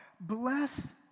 Bless